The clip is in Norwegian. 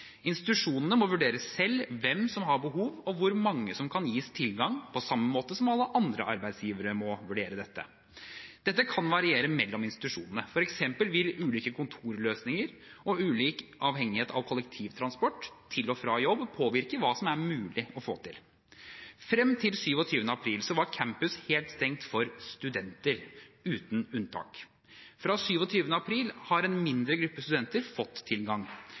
Institusjonene må vurdere selv hvem som har behov, og hvor mange som kan gis tilgang, på samme måte som at alle andre arbeidsgivere må vurdere dette. Dette kan variere mellom institusjonene. For eksempel vil ulike kontorløsninger og ulik avhengighet av kollektivtransport til og fra jobb påvirke hva som er mulig å få til. Frem til 27. april var campus helt stengt for studenter, uten unntak. Fra 27. april har en mindre gruppe studenter fått tilgang.